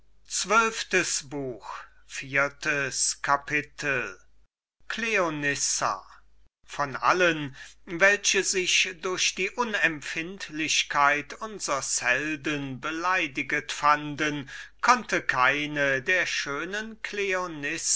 wurden unter allen denjenigen welche sich durch die unempfindlichkeit unsers helden beleidiget fanden konnte keine der schönen